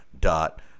dot